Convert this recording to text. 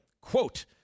Quote